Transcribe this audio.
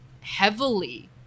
heavily